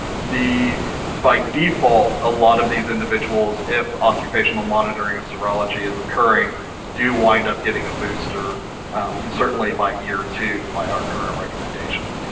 the by default a lot of these individuals if occupational monitoring and serology is occurring do wind up getting a booster certainly by year two by our current recommendations.